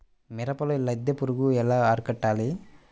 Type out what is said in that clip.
మిరపలో లద్దె పురుగు ఎలా అరికట్టాలి?